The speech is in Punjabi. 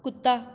ਕੁੱਤਾ